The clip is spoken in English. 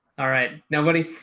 all right, nobody.